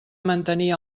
mantenir